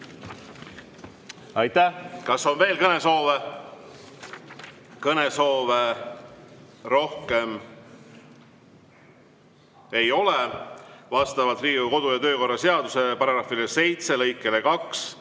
Aitäh! Kas on veel kõnesoove? Kõnesoove rohkem ei ole. Vastavalt Riigikogu kodu- ja töökorra seaduse § 7 lõikele 2